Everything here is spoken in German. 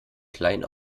klein